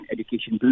Education